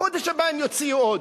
בחודש הבא הם יוציאו עוד.